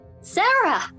Sarah